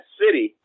city